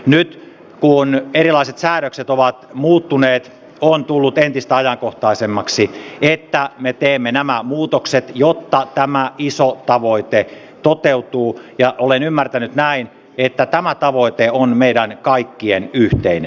nyt kun erilaiset säädökset ovat muuttuneet on tullut entistä ajankohtaisemmaksi että me teemme nämä muutokset jotta tämä iso tavoite toteutuu ja olen ymmärtänyt näin että tämä tavoite on meidän kaikkien yhteinen